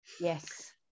Yes